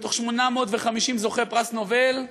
מ-850 זוכי פרס נובל,